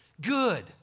good